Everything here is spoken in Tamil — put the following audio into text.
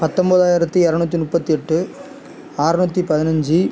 பத்தம்போதாயிரத்து இரநூத்தி நுப்பத்து எட்டு அறநூற்றி பதினைஞ்சு